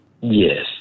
yes